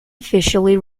officially